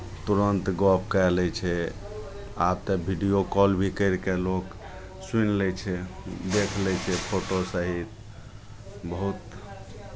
तुरन्त गप्प कए लै छै आब तऽ विडिओ कॉल भी करि कऽ लोक सुनि लै छै देख लै छै फोटो सहित बहुत